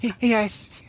Yes